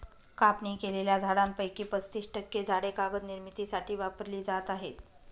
कापणी केलेल्या झाडांपैकी पस्तीस टक्के झाडे कागद निर्मितीसाठी वापरली जात आहेत